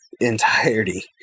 entirety